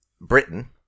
britain